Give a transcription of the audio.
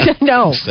No